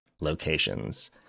locations